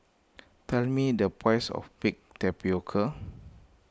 tell me the price of Baked Tapioca